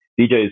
DJ's